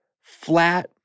flat